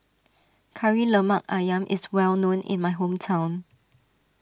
Kari Lemak Ayam is well known in my hometown